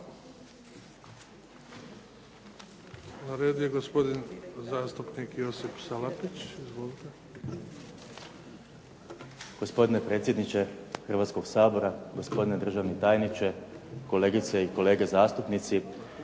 Na redu je gospodin zastupnik Josip Salapić. Izvolite. **Salapić, Josip (HDZ)** Gospodine predsjedniče Hrvatskog sabora, gospodine državni tajniče, kolegice i kolege zastupnici.